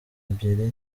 ebyiri